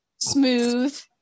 smooth